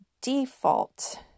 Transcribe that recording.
default